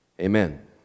Amen